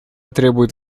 требует